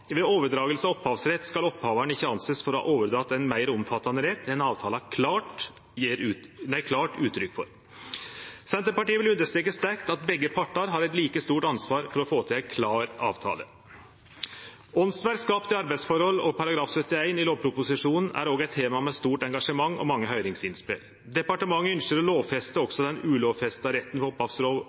overdragelse av opphavsrett skal opphaveren ikke anses for å ha overdratt en mer omfattande rett enn avtalen gir klart uttrykk for.» Senterpartiet vil sterkt understreke at begge partar har eit like stort ansvar for å få til ein klar avtale. Åndsverk skapte i arbeidsforhold og § 71 i lovproposisjonen er òg eit tema med stort engasjement og mange høyringsinnspel. Departementet ynskte å lovfeste også den ulovfesta retten